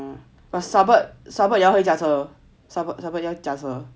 a suburb suburbs 要会驾车 suburbs 要会驾车